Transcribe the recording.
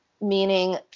meaning